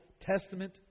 Testament